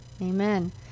Amen